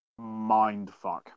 mindfuck